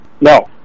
No